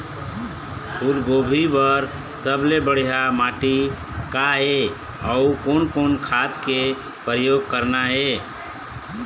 फूलगोभी बर सबले बढ़िया माटी का ये? अउ कोन कोन खाद के प्रयोग करना ये?